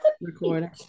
recording